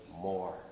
more